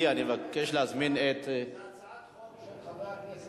אני רוצה להגיד לכם: לא,